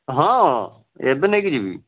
ହଁ ଏବେ ନେଇକି ଯିବି